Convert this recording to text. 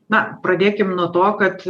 na pradėkim nuo to kad